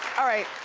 alright,